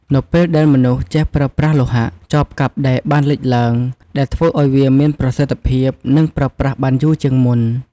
នៅពេលដែលមនុស្សចេះប្រើប្រាស់លោហៈ ចបកាប់ដែកបានលេចឡើង ដែលធ្វើឱ្យវាមានប្រសិទ្ធភាព និងប្រើប្រាស់បានយូរជាងមុន។